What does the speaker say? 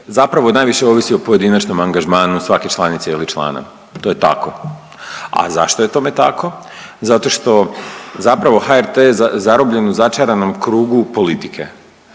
zapravo najviše ovisi o pojedinačnom angažmanu svake članice ili člana. To je tako. A zašto je tome tako? Zato što zapravo HRT je zarobljen u začaranom krugu politike.